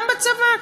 גם בצבא,